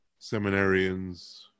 seminarians